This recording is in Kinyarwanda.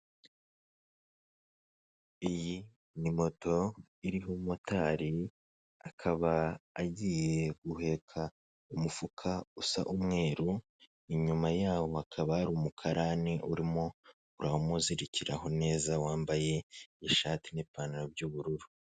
Iyi ni moto iriho motari akaba agiye guheka umufuka usa umweru, inyuma yaho hakaba hari umukarani urimo uramuzirikiraho neza wambaye ishati n'ipantaro by'ubururu.